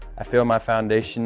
i feel my foundation